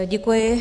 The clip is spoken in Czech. Děkuji.